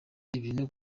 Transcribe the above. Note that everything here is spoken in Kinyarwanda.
ibintu